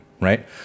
right